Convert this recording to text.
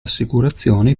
assicurazioni